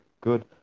good